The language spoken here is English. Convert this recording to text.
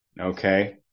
Okay